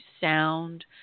sound